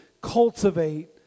Cultivate